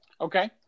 Okay